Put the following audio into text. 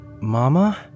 Mama